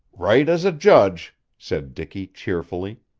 right as a judge, said dicky cheerfully,